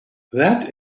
that